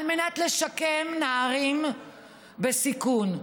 על מנת לשקם נערים בסיכון,